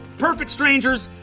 perfect strangers.